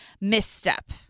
misstep